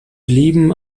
blieben